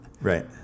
Right